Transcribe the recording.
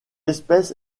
espèce